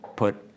put